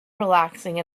relaxing